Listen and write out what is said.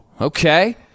Okay